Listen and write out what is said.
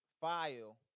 file